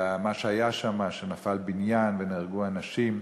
על מה שהיה שם, שנפל בניין ונהרגו אנשים.